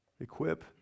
equip